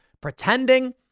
pretending